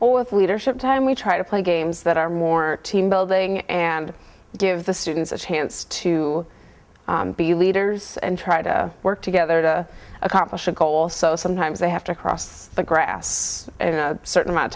with leadership time we try to play games that are more team building and give the students a chance to be leaders and try to work together to accomplish that goal so sometimes they have to cross the grass a certain amount of